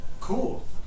cool